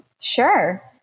Sure